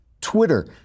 Twitter